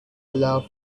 love